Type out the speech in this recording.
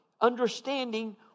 understanding